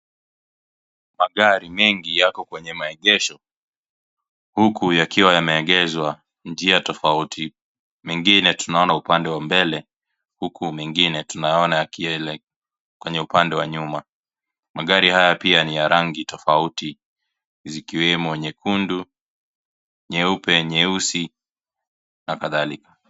Magari mengi yako kwenye maegesho huku yakiwa yameegezwa njia tofauti, mengine tunaona upande wa mbele huku mengine tunaona yakiwa kwenye upande wa nyuma. Magari haya pia ni ya rangi tofauti zikiwemo nyekundu, nyeupe, nyeusi na kadhalika.